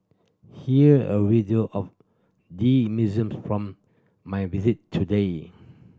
here a video of the museum from my visit today